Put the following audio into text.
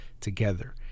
together